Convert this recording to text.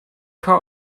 car